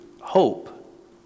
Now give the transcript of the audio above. hope